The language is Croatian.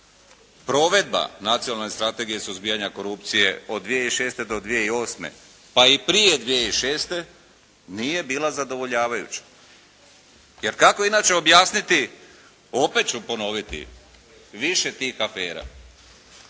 provedba Nacionalne strategije suzbijanja korupcije od 2006. do 2008. pa i prije 2006. nije bila zadovoljavajuća jer kako inače objasniti, opet ću ponoviti više tih afera.